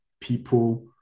people